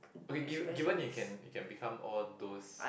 okay give given you can you can become all those